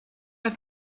have